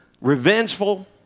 revengeful